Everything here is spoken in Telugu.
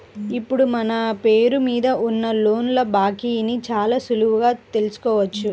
ఇప్పుడు మన పేరు మీద ఉన్న లోన్ల బాకీని చాలా సులువుగా తెల్సుకోవచ్చు